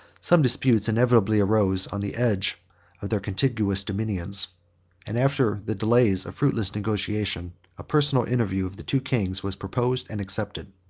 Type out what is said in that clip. some disputes inevitably arose on the edge of their contiguous dominions and after the delays of fruitless negotiation, a personal interview of the two kings was proposed and accepted.